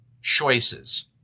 choices